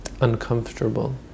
uncomfortable